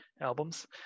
albums